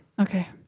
Okay